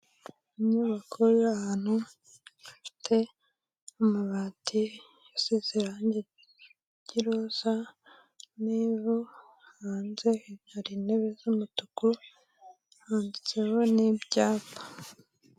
Inyubako y'ahantu, hafite amabati asize irangi ry'iroza n'ivu, hanze hari intebe z'umutuku handitseho n'ibyapa.